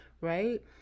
Right